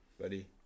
buddy